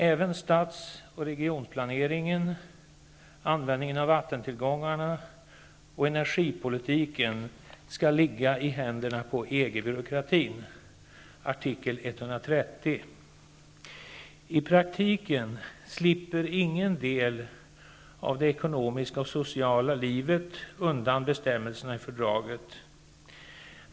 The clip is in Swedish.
Även stads och regionplaneringen, användningen av vattentillgångarna och energipolitiken skall ligga i händerna på EG-byråkratin . I praktiken slipper ingen del av det ekonomiska och sociala livet undan bestämmelserna i fördraget.